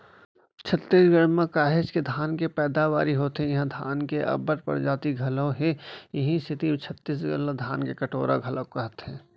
छत्तीसगढ़ म काहेच के धान के पैदावारी होथे इहां धान के अब्बड़ परजाति घलौ हे इहीं सेती छत्तीसगढ़ ला धान के कटोरा घलोक कइथें